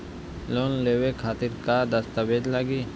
Loan लेवे खातिर का का दस्तावेज लागी?